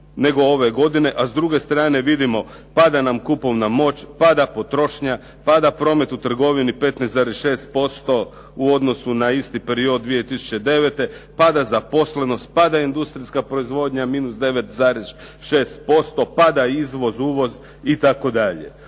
nego ove godine, a s druge strane vidimo pada nam kupovna moć, pada potrošnja, pada promet u trgovini 15,6% u odnosu na isti period 2009., pada zaposlenost, pada industrijska proizvodnja minus 9,6%, pada izvoz, uvoz itd.